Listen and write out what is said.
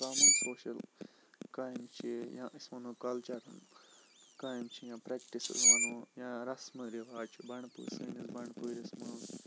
social کامہِ چھِ یا أسۍ وَنو کَلچَر کامہِ چھِ یِم پرٛیٚکٹِس وَنو یا رَسمہِ رِواج بَنٛڈ پۄرِ سٲنِس بَنڈ پورِس منٛز